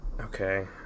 Okay